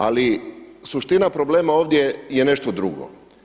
Ali suština problema ovdje je nešto drugo.